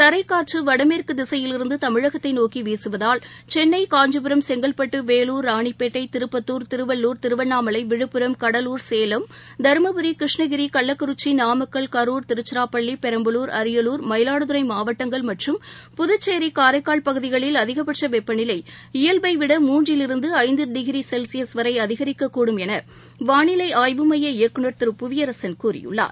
தரைக்காற்றுவடமேற்குதிசையிலிருந்துதமிழகத்தைநோக்கிவீசுவதால் சென்னை காஞ்சிபுரம் செங்கல்பட்டு வேலூர் ராணிப்பேட்டை திருப்பத்தூர் திருவள்ளுர் திருவண்ணாமலை விழுப்புரம் கடலூர் சேலம் தர்மபுரி கிருஷ்ணகிரி கள்ளிக்குறிச்சி நாமக்கல் கருர் திருச்சிராபள்ளி பெரம்பலூர் அரியலூர் மயிலாடுதுறைமாவட்டங்கள் மற்றும் புதுச்சேரி காரைக்கால் பகுதிகளில் அதிகபட்சவெப்பநிலை இயல்பவிட மூன்றிலிருந்தஐந்துடிகிரிசெல்சியஸ் வரைஅதிகரிக்கக்கூடும் எனவானிலைஆய்வு மைய இயக்குநர் திரு புவியரசன் கூறியுள்ளார்